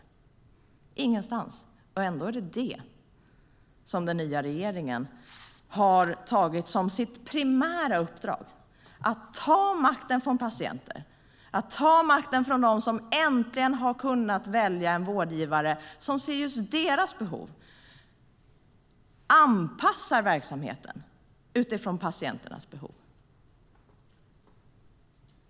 Den fanns alltså ingenstans, och ändå är det detta som den nya regeringen har tagit som sitt primära uppdrag. Man tar makten från patienter, och man tar makten från dem som äntligen har kunnat välja en vårdgivare som ser just deras behov och anpassar verksamheten utifrån patienternas behov.